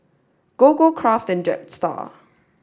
Gogo Kraft and Jetstar